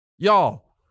Y'all